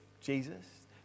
Jesus